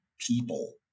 people